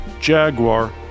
Jaguar